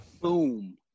Boom